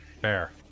Fair